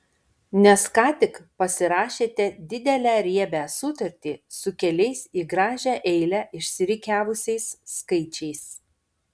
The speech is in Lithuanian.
nes ką tik pasirašėte didelę riebią sutartį su keliais į gražią eilę išsirikiavusiais skaičiais